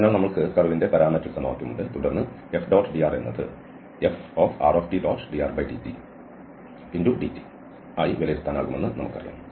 അതിനാൽ നമ്മൾക്ക് കർവ്ന്റെ പാരാമീറ്റർ സമവാക്യം ഉണ്ട് തുടർന്ന് F⋅dr എന്നത് Frtdrdtdt ആയി വിലയിരുത്താനാകുമെന്ന് നമുക്കറിയാം